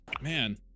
man